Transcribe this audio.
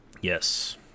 Yes